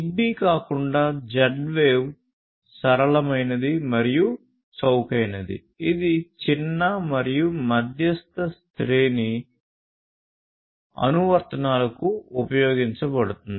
Zigbee కాకుండా Z wave సరళమైనది మరియు చౌకైనది ఇది చిన్న మరియు మధ్యస్థ శ్రేణి అనువర్తనాలకు ఉపయోగించబడుతుంది